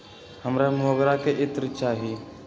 हमरा मोगरा के इत्र चाही